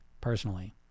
personally